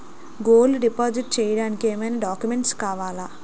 Gold deposit చేయడానికి ఏమైనా documents కావాలా?